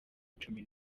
cumi